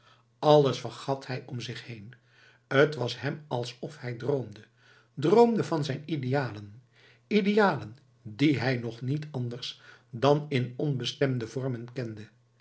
alles vergat hij om zich heen t was hem alsof hij droomde droomde van zijn idealen idealen die hij nog niet anders dan in onbestemde vormen kende